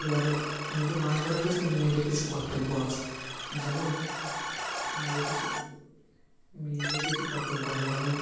এবারে নদীতে মাছ ধরার পেছনে মেয়েদের কিছু কর্তব্য আছে যেমন মেয়েদের কিছু মেয়েদের কিছু কর্তব্য আছে যেমন